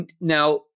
Now